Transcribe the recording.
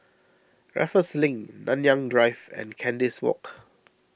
Raffles Link Nanyang Drive and Kandis Walk